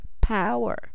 power